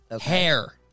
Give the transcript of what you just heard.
hair